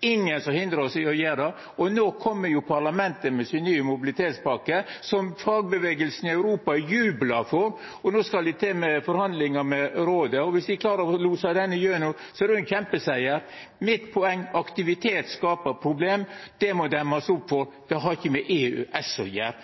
ingen som hindrar oss i å gjera det. No kjem EU-parlamentet med ein ny mobilitetspakke, som fagbevegelsen i Europa jublar for, og dei skal til med forhandlingar med Rådet. Om dei klarer å losa han igjennom, er det ein kjempesiger. Mitt poeng er at aktivitet skapar problem. Det må det demmast opp for. Det har ikkje med EØS å gjera,